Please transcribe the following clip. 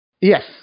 Yes